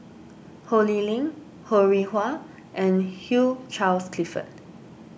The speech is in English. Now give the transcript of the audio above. Ho Lee Ling Ho Rih Hwa and Hugh Charles Clifford